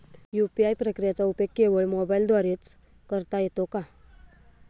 UPI प्रक्रियेचा उपयोग केवळ मोबाईलद्वारे च करता येतो का?